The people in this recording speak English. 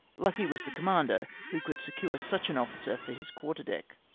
lucky was the commander who could secure such an officer for his quarter-deck.